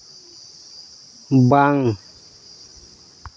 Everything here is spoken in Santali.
ᱵᱟᱝ